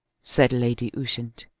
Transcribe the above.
said lady ushant.